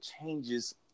changes